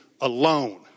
alone